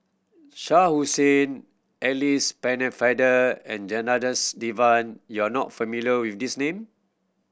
Shah Hussain Alice Pennefather and Janadas Devan you are not familiar with these name